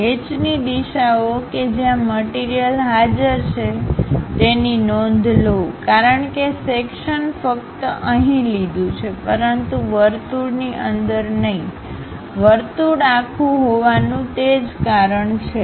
હેચની દિશાઓ કે જ્યાં મટીરીયલ હાજર છે તેની નોંધ લોકારણ કે સેક્શનફક્ત અહીં લીધુ છે પરંતુ વર્તુળની અંદર નહીં વર્તુળ આખુ હોવાનું તે જ કારણ છે